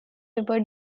river